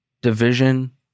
division